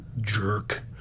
jerk